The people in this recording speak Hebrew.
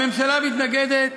הממשלה מתנגדת